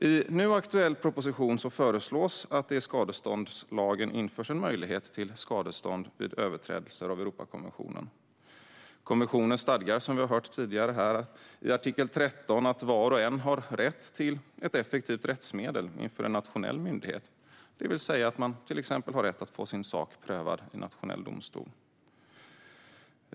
I den nu aktuella propositionen föreslås att det i skadeståndslagen införs en möjlighet till skadestånd vid överträdelser av Europakonventionen. Som vi tidigare hört här stadgar konventionen i artikel 13 att var och en har rätt till ett effektivt rättsmedel inför en nationell myndighet, det vill säga att man till exempel har rätt att få sin sak prövad i nationell domstol.